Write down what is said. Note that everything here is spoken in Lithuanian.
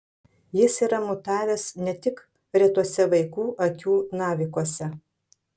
jis yra mutavęs ne tik retuose vaikų akių navikuose